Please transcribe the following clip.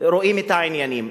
רואים את העניינים.